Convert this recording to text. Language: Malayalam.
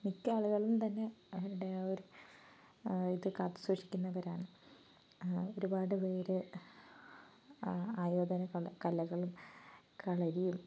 മിക്ക ആളുകളും തന്നെ അവരുടെ ആ ഒരു ഇത് കാത്തുസൂക്ഷിക്കുന്നവരാണ് ഒരുപാട് പേര് ആയോധന കലകളും കളരിയും